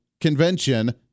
Convention